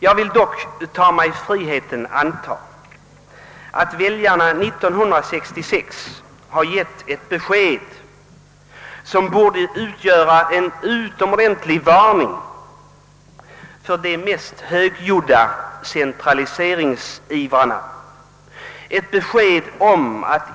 Jag vill dock ta mig friheten att anta, att väljarna år 1966 gett ett besked, som borde utgöra en tydlig varning från de mest högljudda centraliseringsivrarna.